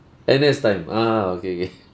N_S time ah okay okay